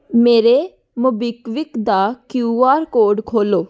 ਮੇਰੇ ਮੋਬੀਕਵਿਕ ਦਾ Q R code ਖੋਲ੍ਹੋ